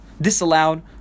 disallowed